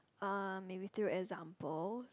uh maybe through examples